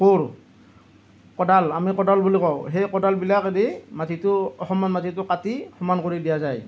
কোৰ কোদাল আমি কোদাল বুলি কওঁ সেই কোডালবিলাকেদি মাটিটো অসমান মাটিটো কাটি সমান কৰি দিয়া যায়